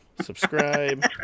subscribe